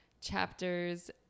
chapters